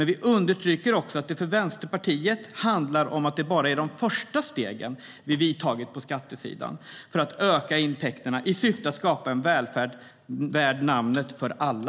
Vi understryker dock att det för Vänsterpartiet bara är de första stegen vi vidtar på skattesidan för att öka intäkterna, i syfte att skapa en välfärd värd namnet för alla.